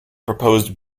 proposed